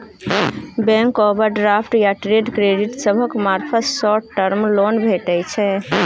bank overdraft या trade credit सभक मार्फत शॉर्ट टर्म लोन भेटइ छै